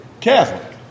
Catholic